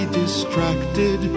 distracted